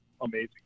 amazing